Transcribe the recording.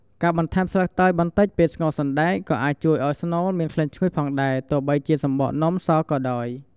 ការបន្ថែមស្លឹកតើយបន្តិចពេលស្ងោរសណ្ដែក ក៏អាចជួយឲ្យស្នូលមានក្លិនឈ្ងុយផងដែរ ទោះបីជាសំបកនំសក៏ដោយ។